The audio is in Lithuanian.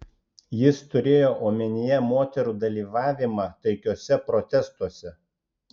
jis turėjo omenyje moterų dalyvavimą taikiuose protestuose